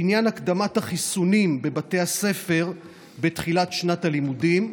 לעניין הקדמת החיסונים בבתי הספר בתחילת שנת הלימודים,